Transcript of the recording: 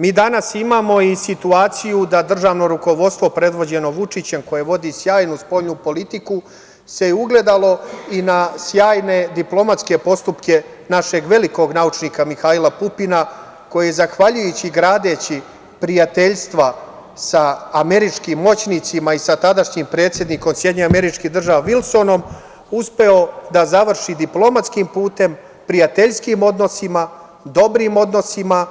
Mi danas imamo i situaciju da državno rukovodstvo, predvođeno Vučićem, koje vodi sjajnu spoljnu politiku, se ugledalo i na sjajne diplomatske postupke našeg velikog naučnika Mihajla Pupina, koji je gradeći prijateljstva sa američkim moćnicima i sa tadašnjim predsednikom SAD Vilsonom uspeo da završi diplomatskim putem, prijateljskim odnosima, dobrim odnosima,